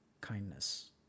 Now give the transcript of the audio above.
kindness